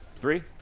three